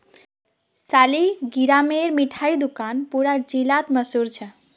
सालिगरामेर मिठाई दुकान पूरा जिलात मशहूर छेक